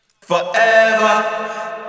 Forever